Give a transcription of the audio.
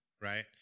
right